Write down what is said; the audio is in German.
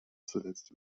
zuletzt